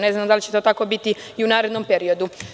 Ne znam da li će tako biti i u narednom periodu.